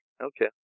Okay